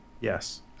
Yes